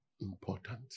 important